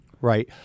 Right